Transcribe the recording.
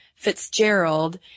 Fitzgerald